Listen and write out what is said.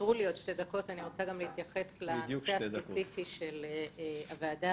אני רוצה להתייחס לנושא הספציפי של הוועדה,